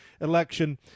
election